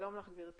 שלום לך, גברתי.